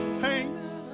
thanks